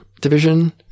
Division